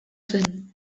zen